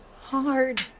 hard